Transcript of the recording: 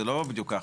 זה לא בדיוק ככה.